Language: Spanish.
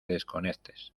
desconectes